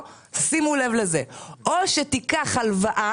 "או שתיקח הלוואה